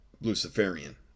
Luciferian